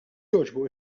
jogħġbu